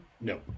No